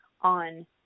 on